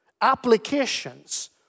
applications